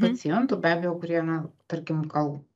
pacientų be abejo kurie na tarkim gal